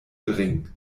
gering